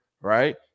right